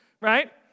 right